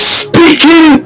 speaking